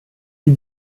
sie